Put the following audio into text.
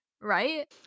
right